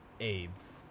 AIDS